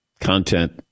content